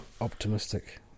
optimistic